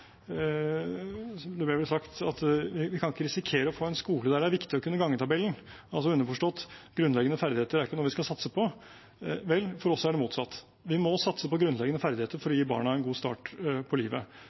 en annen SV-representant en gang – underforstått: Grunnleggende ferdigheter er ikke noe vi skal satse på. Vel, for oss er det motsatt. Vi må satse på grunnleggende ferdigheter for